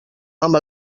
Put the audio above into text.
amb